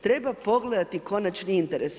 Treba pogledati konačni interes.